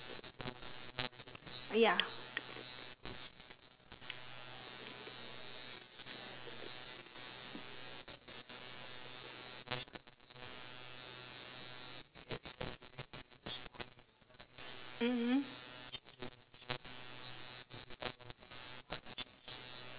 ya mm mm